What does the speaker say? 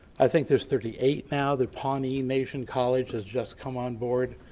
i think there's thirty eight now. the pawnee nation college has just come on board.